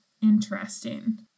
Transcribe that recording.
interesting